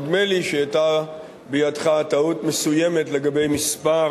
נדמה לי שהיתה בידך טעות מסוימת לגבי מספר